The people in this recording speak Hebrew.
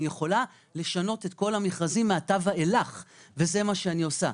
אני יכולה לשנות את כל המכרזים מעתה ואילך וזה מה שאני עושה.